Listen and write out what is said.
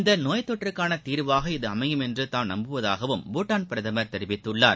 இந்த நோய் தொற்றுக்கான தீர்வாக இது அமையும் என்று தாம் நம்புவதாகவும் பூட்டான் பிரதமர் தெரிவித்துள்ளார்